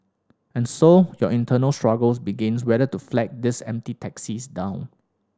and so your internal struggles begins whether to flag these empty taxis down